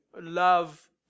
love